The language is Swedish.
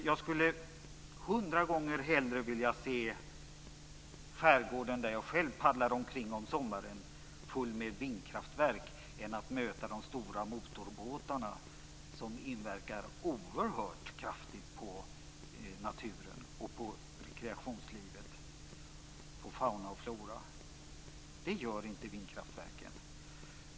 Jag skulle hundra gånger hellre vilja se skärgården där jag själv paddlar omkring på sommaren full med vindkraftverk än att möta de stora motorbåtarna som inverkar oerhört kraftigt på naturen och på rekreationslivet och på fauna och flora. Det gör inte vindkraftverken.